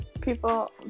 people